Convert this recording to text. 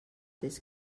this